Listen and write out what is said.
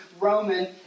Roman